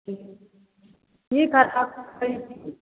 ठीक छै ठीक हइ काज ताज करय छी की